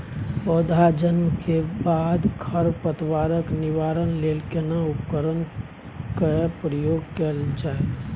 पौधा जन्म के बाद खर पतवार निवारण लेल केना उपकरण कय प्रयोग कैल जाय?